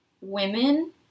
women